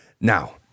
Now